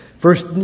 First